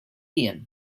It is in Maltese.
jien